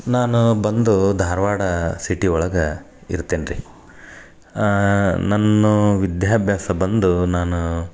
ನಾನ ಬಂದು ಧಾರವಾಡ ಸಿಟಿ ಒಳಗೆ ಇರ್ತೇನೆ ರೀ ನನ್ನ ವಿಧ್ಯಾಭ್ಯಾಸ ಬಂದು ನಾನು